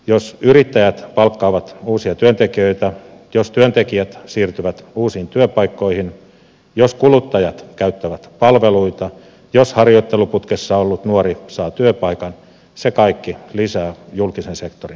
jos yrittäjät palkkaavat uusia työntekijöitä jos työntekijät siirtyvät uusiin työpaikkoihin jos kuluttajat käyttävät palveluita jos harjoitteluputkessa ollut nuori saa työpaikan se kaikki lisää julkisen sektorin verotuloja